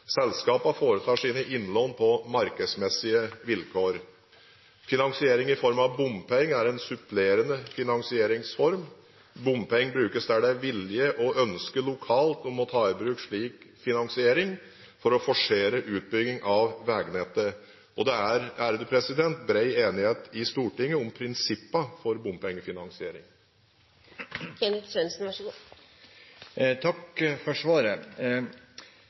Selskapene foretar sine innlån på markedsmessige vilkår. Finansiering i form av bompenger er en supplerende finansieringsform. Bompenger brukes der det er vilje til og ønske om lokalt å ta i bruk slik finansiering for å forsere utbygging av veinettet. Det er bred enighet i Stortinget om prinsippene for